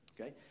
Okay